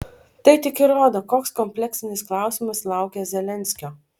tai tik įrodo koks kompleksinis klausimas laukia zelenskio